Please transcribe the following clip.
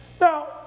Now